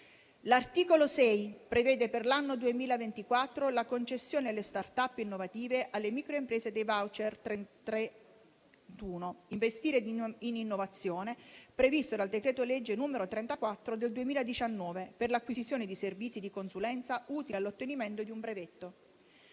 L'articolo 6 prevede per l'anno 2024 la concessione alle *startup* innovative e alle microimprese dei Voucher 3I-Investire In Innovazione, previsti dal decreto-legge n. 34 del 2019 per l'acquisizione di servizi di consulenza utili all'ottenimento di un brevetto.